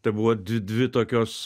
tai buvo dvi tokios